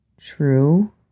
True